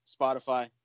Spotify